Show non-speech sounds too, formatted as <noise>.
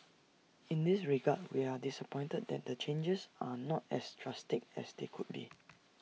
<noise> in this regard we are disappointed that the changes are not as drastic as they could be